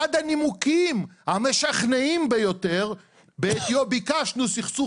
אחד הנימוקים המשכנעים ביותר בעטיו ביקשנו סכסוך